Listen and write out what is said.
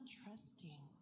trusting